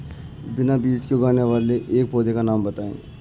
बिना बीज के उगने वाले एक पौधे का नाम बताइए